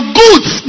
goods